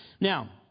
Now